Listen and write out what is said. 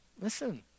listen